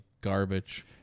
garbage